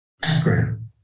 background